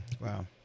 Wow